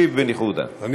מה השר גלנט יכול לענות?